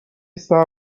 صبر